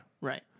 Right